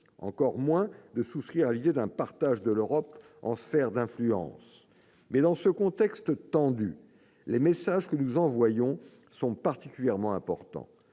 seuls, ni de souscrire à l'idée d'un partage de l'Europe en sphères d'influence. Cela dit, dans ce contexte tendu, les messages que nous envoyons sont particulièrement importants